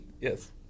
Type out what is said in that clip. Yes